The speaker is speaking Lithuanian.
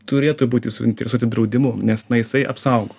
turėtų būti suinteresuoti draudimu nes na jisai apsaugo